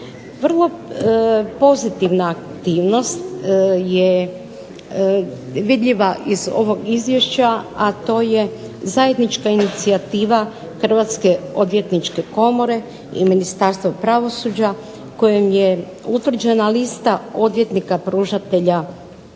Vrlo pozitivna aktivnost je vidljiva iz ovog Izvješća a to je zajednička inicijativa Hrvatske odvjetničke komore i Ministarstva pravosuđa kojem je utvrđena lista odvjetnika pružatelja